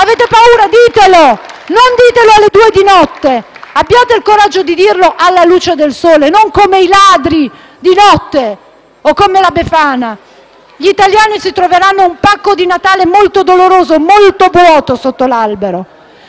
Avete paura: ditelo! Non ditelo alle 2 di notte! Abbiate il coraggio di dirlo alla luce del sole, non come i ladri di notte o come la Befana! *(Applausi dai Gruppi FI-BP e PD)*. Gli italiani si troveranno un pacco di Natale molto doloroso e molto vuoto sotto l'albero.